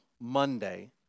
Monday